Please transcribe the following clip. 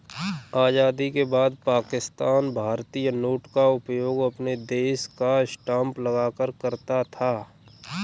आजादी के बाद पाकिस्तान भारतीय नोट का उपयोग अपने देश का स्टांप लगाकर करता था